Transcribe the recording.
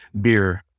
beer